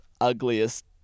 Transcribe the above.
ugliest